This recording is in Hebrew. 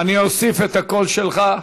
אני אוסיף את הקול שלך.